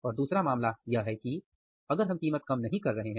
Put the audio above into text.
और दूसरा मामला यह है कि अगर हम कीमत कम नहीं करते हैं